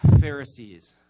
Pharisees